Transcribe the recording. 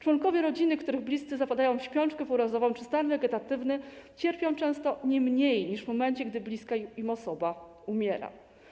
Członkowie rodziny, których bliscy zapadają w śpiączkę pourazową czy stan wegetatywny, cierpią często nie mniej niż w momencie, gdy bliska im osoba umiera.